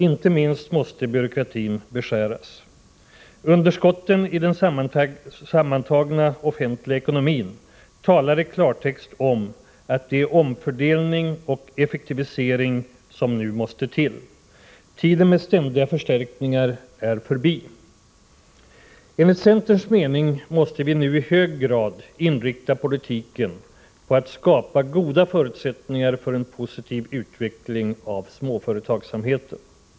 Inte minst måste byråkratin beskäras. Underskotten i den sammantagna offentliga ekonomin talar i klartext om att det är omfördelning och effektivisering som nu måste till. Tiden med ständiga förstärkningar är förbi. Enligt centerns mening måste vi nu i hög grad inrikta politiken på att skapa goda förutsättningar för en positiv utveckling av småföretagsamheten.